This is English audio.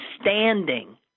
standing